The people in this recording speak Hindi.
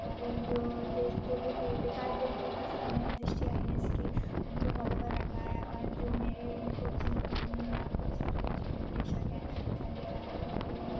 और एक जो देश दिव्य की विकास दिव्यकीर्ति सर हैं दृष्टि आई ए एस के उनको फॉलो कर रखा है और जो मेरे कोचिंग निर्माण कोचिंग के जो निदेशक हैं संजय सर उनको